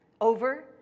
over